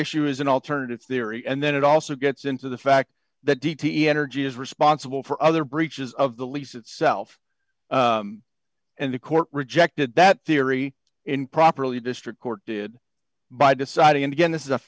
issue is an alternative theory and then it also gets into the fact that d t energy is responsible for other breaches of the lease itself and the court rejected that theory in properly district court did by deciding and again this is a